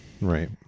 Right